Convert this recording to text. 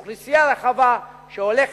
של אוכלוסייה רחבה שהולכת,